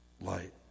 light